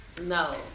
No